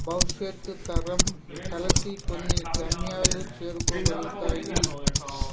భవిష్యత్తు తరం కలిసి కొన్ని గమ్యాలు చేరుకోగలుగుతాయి